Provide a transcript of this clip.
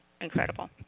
incredible